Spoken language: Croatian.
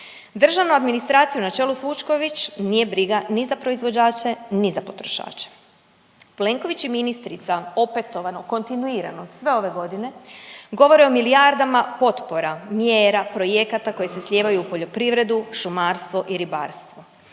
Državnu administraciju na čelu sa Vučković nije briga ni za proizvođače, ni za potrošače. Plenković i ministrica opetovano, kontinuirano sve ove godine govore o milijardama potpora, mjera, projekata koje se slijevaju u poljoprivredu, šumarstvo i ribarstvo.